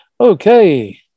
Okay